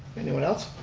anyone else?